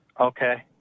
Okay